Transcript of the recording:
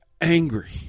angry